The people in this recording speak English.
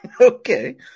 Okay